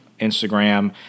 Instagram